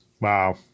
Wow